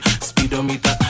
speedometer